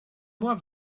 moi